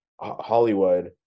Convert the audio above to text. Hollywood